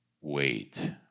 Wait